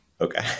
Okay